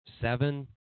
seven